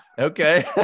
okay